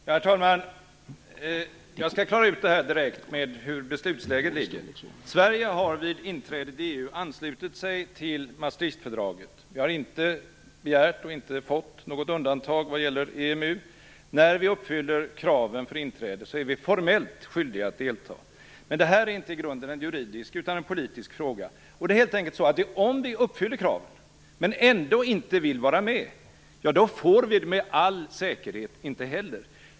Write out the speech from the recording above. Herr talman! Jag skall klara ut det här direkt med hur beslutsläget ligger. Sverige har vid inträdet i EU anslutit sig till Maastrichtfördraget. Vi har inte begärt och inte fått något undantag vad gäller EMU. När vi uppfyller kraven för inträde är vi formellt skyldiga att delta. Men det här är inte i grunden en juridisk utan en politisk fråga. Det är helt enkelt så att om vi uppfyller kraven, men ändå inte vill vara med, får vi med all säkerhet inte heller vara med.